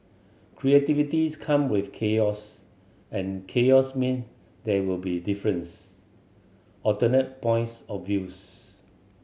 creativity come with chaos and chaos mean there will be difference alternate points of views